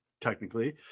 technically